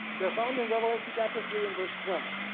they are found in revelation chapter three and verse twelve.